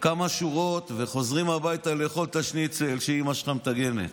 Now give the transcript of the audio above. כמה שורות וחוזרים הביתה לאכול את השניצל שאימא שלך מטגנת.